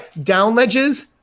Downledges